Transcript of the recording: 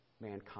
mankind